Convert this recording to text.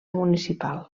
municipal